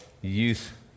youth